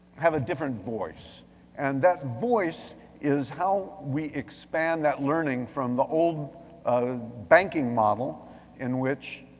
have a different voice and that voice is how we expand that learning from the old banking model in which,